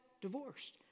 divorced